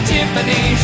Tiffany